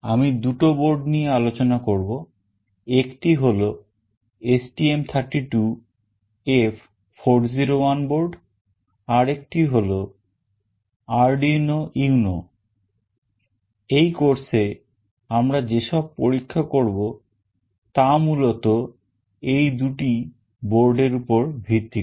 আমি দুটো বোর্ড নিয়ে আলোচনা করব একটি হল STM32F401 board আরেকটা হল Arduino UNO এই কোর্সে আমরা যেসব পরীক্ষা করব তা মূলত এই দুটি বোর্ডের উপর ভিত্তি করে